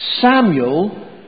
Samuel